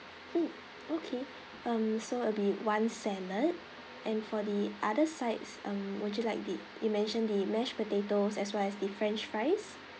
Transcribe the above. mm okay um so it'll be one salad and for the other sides um would you like did you mention the mashed potatoes as well as the french fries